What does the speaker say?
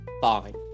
Fine